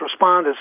responders